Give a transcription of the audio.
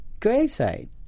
gravesite